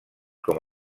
com